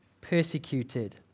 persecuted